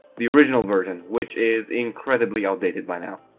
the original version, which is incredibly outdated by now.